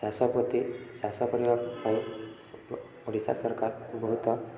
ଚାଷ ପ୍ରତି ଚାଷ କରିବା ପାଇଁ ଓଡ଼ିଶା ସରକାର ବହୁତ